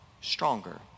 stronger